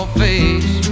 face